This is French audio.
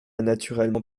naturellement